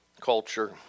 culture